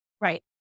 Right